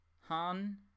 Han